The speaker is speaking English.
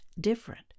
different